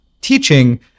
teaching